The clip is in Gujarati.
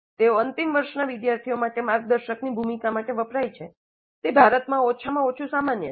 તેઓ અંતિમ વર્ષના વિદ્યાર્થીઓ માટે માર્ગદર્શકની ભૂમિકા માટે વપરાય છે તે ભારતમાં ઓછામાં ઓછું સામાન્ય છે